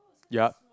yup